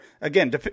again